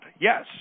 yes